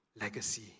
legacy